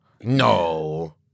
No